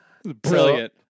Brilliant